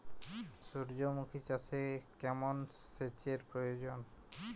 সূর্যমুখি চাষে কেমন সেচের প্রয়োজন?